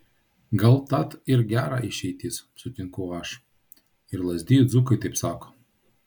gal tat ir gera išeitis sutinku aš ir lazdijų dzūkai taip sako